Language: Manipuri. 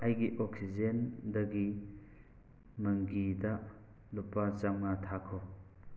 ꯑꯩꯒꯤ ꯑꯣꯛꯁꯤꯖꯦꯟꯗꯒꯤ ꯃꯪꯒꯤꯗ ꯂꯨꯄꯥ ꯆꯥꯝꯃꯉꯥ ꯊꯥꯈꯣ